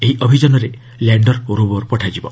ଏହି ଅଭିଯାନରେ ଲ୍ୟାଣ୍ଡର୍ ଓ ରୋବର୍ ପଠାଯିବ